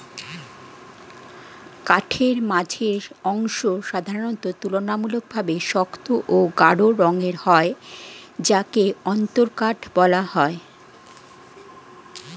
কাঠের মাঝের অংশ সাধারণত তুলনামূলকভাবে শক্ত ও গাঢ় রঙের হয় যাকে অন্তরকাঠ বলা হয়